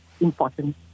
important